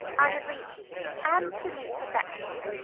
i have reached absolute perfection.